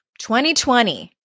2020